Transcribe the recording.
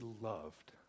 loved